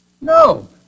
No